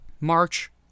March